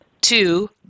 two